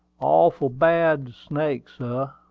awful bad snake, sah.